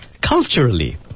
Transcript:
culturally